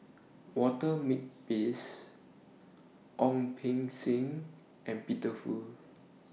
Walter Makepeace Ong Beng Seng and Peter Fu